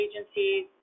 agencies